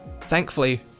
Thankfully